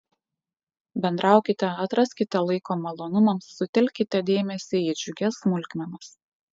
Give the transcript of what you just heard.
bendraukite atraskite laiko malonumams sutelkite dėmesį į džiugias smulkmenas